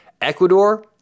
Ecuador